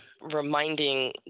reminding